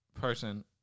person